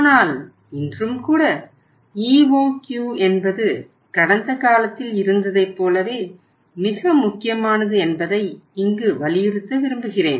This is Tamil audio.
ஆனால் இன்றும் கூட EOQ என்பது கடந்த காலத்தில் இருந்ததைப் போலவே மிக முக்கியமானது என்பதை இங்கு வலியுறுத்த விரும்புகிறேன்